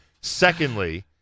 Secondly